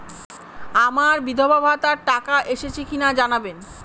আমার বিধবাভাতার টাকা এসেছে কিনা জানাবেন?